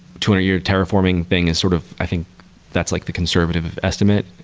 twenty year terraforming thing is sort of i think that's like the conservative estimate,